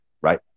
right